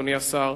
אדוני השר,